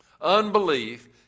Unbelief